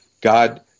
God